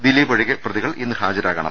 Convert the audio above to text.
ദിലീപ് ഒഴികെ പ്രതികൾ ഇന്ന് ഹാജരാകണം